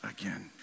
again